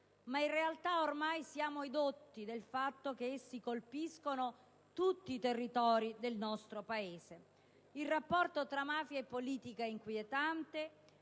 in realtà siamo ormai edotti del fatto che essi colpiscono tutti i territori del nostro Paese. Il rapporto tra mafia e politica è inquietante